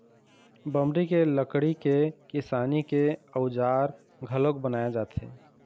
बमरी के लकड़ी के किसानी के अउजार घलोक बनाए जाथे